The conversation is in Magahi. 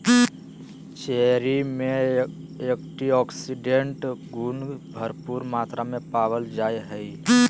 चेरी में एंटीऑक्सीडेंट्स गुण भरपूर मात्रा में पावल जा हइ